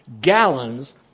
gallons